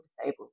disabled